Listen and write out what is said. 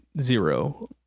zero